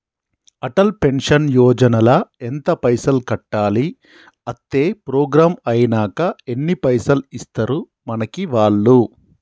Atal pension Yojana ల ఎంత పైసల్ కట్టాలి? అత్తే ప్రోగ్రాం ఐనాక ఎన్ని పైసల్ ఇస్తరు మనకి వాళ్లు?